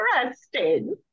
interesting